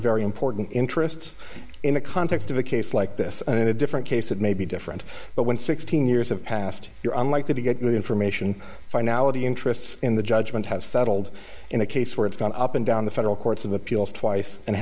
very important interests in the context of a case like this in a different case it may be different but when sixteen years have passed you're unlikely to get the information finality interests in the judgment have settled in a case where it's gone up and down the federal courts of appeals twice and